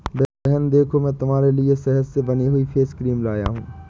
बहन देखो मैं तुम्हारे लिए शहद से बनी हुई फेस क्रीम लाया हूं